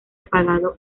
apagado